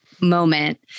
moment